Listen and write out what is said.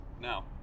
Now